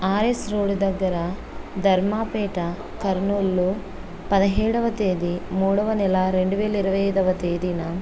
RS road దగ్గర ధర్మాపేట కర్నూలు పదిహేడవ తేదీ మూడవ నెల రెండు వేల ఇరవై ఐదవ తేదీన